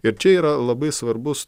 ir čia yra labai svarbus